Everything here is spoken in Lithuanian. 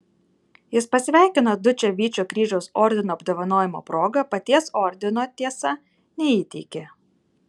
jis pasveikino dučę vyčio kryžiaus ordino apdovanojimo proga paties ordino tiesa neįteikė